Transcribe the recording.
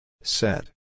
Set